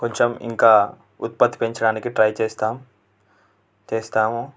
కొంచెం ఇంకా ఉత్పత్తి పెంచడానికి ట్రై చేస్తాం చేస్తాము